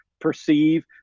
perceive